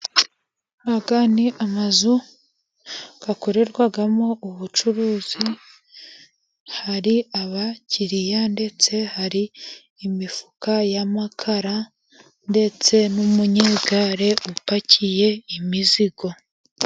Aya ni amazu akorerwamo ubucuruzi, hari abakiriya ndetse hari n'imifuka y'amakara, ndetse n'umunyegare upakiye imizigo.